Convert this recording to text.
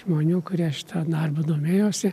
žmonių kurie šitą darbą domėjosi